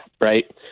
right